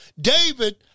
David